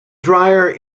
drier